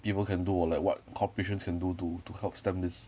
people can do like what corporations can do to to help stem this